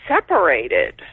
separated